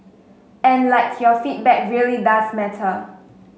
and like your feedback really does matter